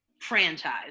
franchise